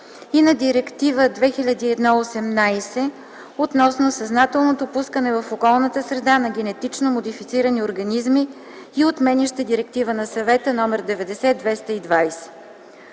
и на Директива 2001/18/ЕС относно съзнателното пускане в околната среда на генетично модифицирани организми и отменяща директива на Съвета 90/220/ЕИО.